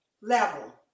level